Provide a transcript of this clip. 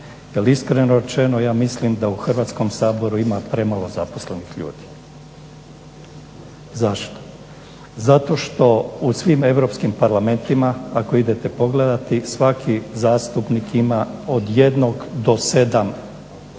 iskreno rečeno mislim da u Hrvatskom saboru ima premalo zaposlenih ljudi. Zašto? Zato što u svim europskim parlamentima ako idete pogledati svaki zastupnik ima od jednog do sedam savjetnika